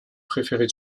préférés